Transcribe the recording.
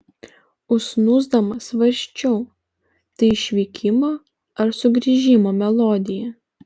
užsnūsdama svarsčiau tai išvykimo ar sugrįžimo melodija